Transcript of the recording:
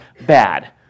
bad